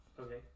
Okay